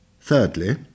Thirdly